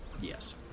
Yes